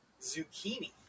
Zucchini